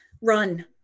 Run